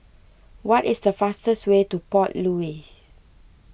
what is the fastest way to Port Louis